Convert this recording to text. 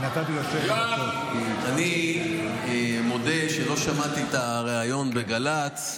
אני מודה שלא שמעתי את הריאיון בגל"צ.